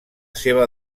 seva